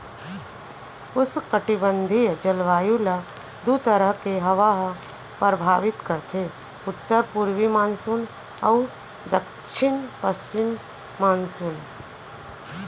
उस्नकटिबंधीय जलवायु ल दू तरह के हवा ह परभावित करथे उत्तर पूरवी मानसून अउ दक्छिन पस्चिम मानसून